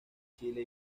chile